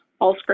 Allscripts